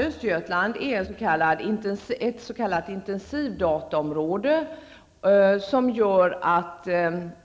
Östergötland är också ett s.k. intensivdataområde, vilket betyder att